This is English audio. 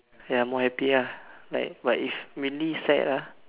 ya more happy ah like but if mainly sad ah